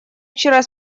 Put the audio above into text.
вчера